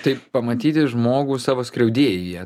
tai pamatyti žmogų savo skriaudėją